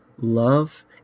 love